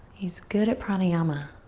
he's good at pranayama.